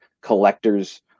collectors